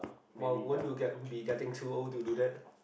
!wow! won't you get be getting too old to do that